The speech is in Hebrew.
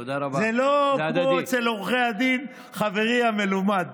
זה לא כמו אצל עורכי הדין, חברי המלומד,